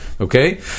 Okay